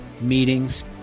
meetings